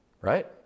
right